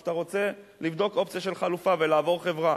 כשאתה רוצה לבדוק אופציה של חלופה ולעבור חברה.